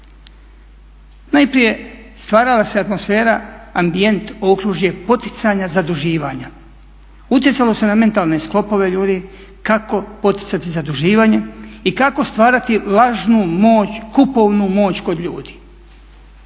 Najprije stvarala se atmosfera, ambijent, okružje poticanja zaduživanja, utjecalo se na mentalne sklopove ljudi kako poticati zaduživanje i kako stvarati lažnu moć, kupovnu moć kod ljudi.